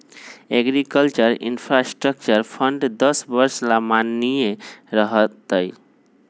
agriculture infrastructure fund दस वर्ष ला माननीय रह तय